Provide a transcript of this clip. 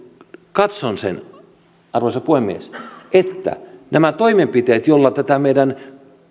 katson arvoisa puhemies että nämä toimenpiteet joilla tätä meidän